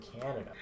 Canada